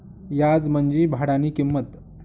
याज म्हंजी भाडानी किंमत